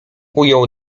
ujął